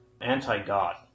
anti-God